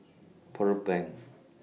Pearl Bank